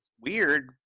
weird